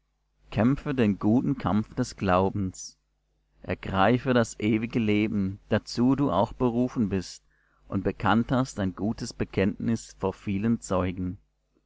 kämpfe den guten kampf des glaubens ergreife das ewige leben dazu du auch berufen bist und bekannt hast ein gutes bekenntnis vor vielen zeugen